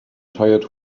tired